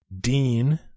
Dean